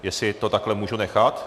Jestli to takhle můžu nechat?